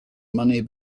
money